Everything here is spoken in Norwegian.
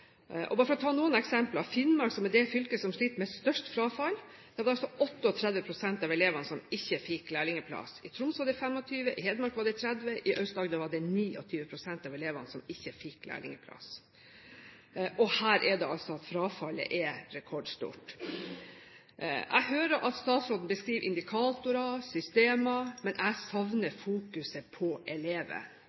Bare for å ta noen eksempler: I Finnmark, som er det fylket som sliter med størst frafall, var det altså 38 pst. av elevene som ikke fikk lærlingplass. I Troms var det 25 pst., i Hedmark var det 30 pst., og i Aust-Agder var det 29 pst. av elevene som ikke fikk lærlingplass. Her er det at frafallet er rekordstort. Jeg hører at statsråden beskriver indikatorer og systemer, men jeg savner fokusering på